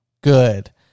good